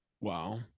wow